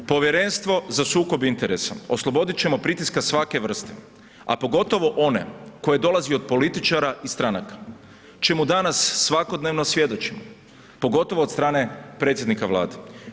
Povjerenstvo za sukob interesa oslobodit ćemo pritiska svake vrste, a pogotovo one koje dolazi od političara i stranaka čemu danas svakodnevno svjedočimo, pogotovo od strane predsjednika Vlade.